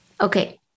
Okay